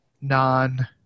non